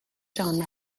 john